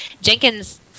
Jenkins